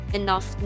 enough